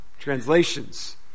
Translations